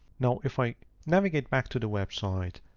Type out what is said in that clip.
now if i navigate back to the website,